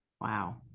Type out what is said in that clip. Wow